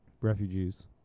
refugees